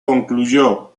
concluyó